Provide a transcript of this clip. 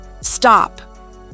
Stop